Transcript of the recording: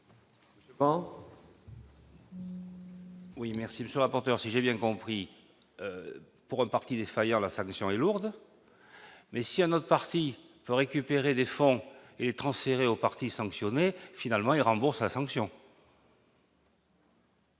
monsieur le président.